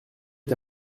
est